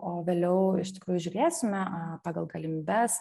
o vėliau iš tikrųjų žiūrėsime pagal galimybes